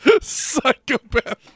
psychopath